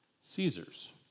Caesar's